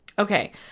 Okay